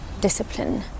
discipline